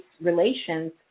relations